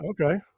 Okay